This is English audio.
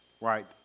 Right